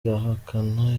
irahakana